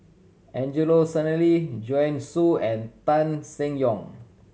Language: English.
Angelo Sanelli Joanne Soo and Tan Seng Yong